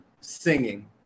singing